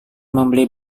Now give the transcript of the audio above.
membeli